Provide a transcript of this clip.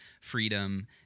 freedom